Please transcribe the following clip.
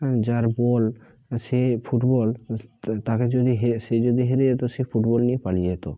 হুম যার বল সে ফুটবল তাকে যদি হেরে সে যদি হেরে যেত সে ফুটবল নিয়ে পালিয়ে যেত